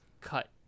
cut